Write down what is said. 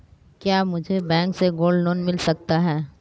क्या मुझे बैंक से गोल्ड लोंन मिल सकता है?